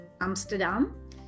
Amsterdam